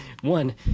one